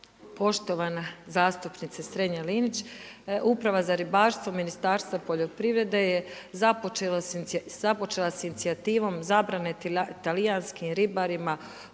Poštovana zastupnice Strenja-Linić, Uprava za ribarstvo, Ministarstva poljoprivrede je započela s inicijativom zabrane talijanskim ribarima